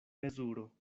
mezuro